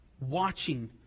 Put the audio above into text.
watching